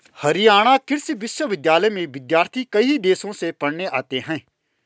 हरियाणा कृषि विश्वविद्यालय में विद्यार्थी कई देशों से पढ़ने आते हैं